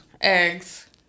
Eggs